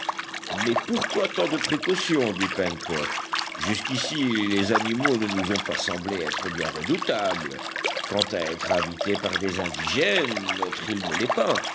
mais pourquoi tant de précautions dit pencroff jusqu'ici les animaux ne nous ont pas semblé être bien redoutables quant à être habitée par des indigènes notre île ne l'est pas